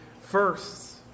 first